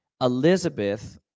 Elizabeth